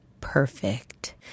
perfect